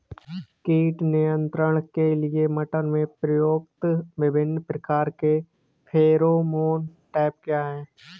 कीट नियंत्रण के लिए मटर में प्रयुक्त विभिन्न प्रकार के फेरोमोन ट्रैप क्या है?